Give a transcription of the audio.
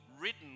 written